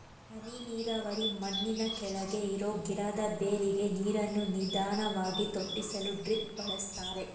ಹನಿ ನೀರಾವರಿ ಮಣ್ಣಿನಕೆಳಗೆ ಇರೋ ಗಿಡದ ಬೇರಿಗೆ ನೀರನ್ನು ನಿಧಾನ್ವಾಗಿ ತೊಟ್ಟಿಸಲು ಡ್ರಿಪ್ ಬಳಸ್ತಾರೆ